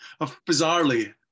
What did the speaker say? bizarrely